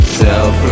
self